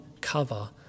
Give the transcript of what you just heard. cover